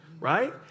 right